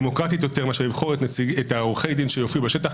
דמוקרטית יותר מאשר לבחור את עורכי הדין שיופיע בשטח,